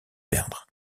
perdre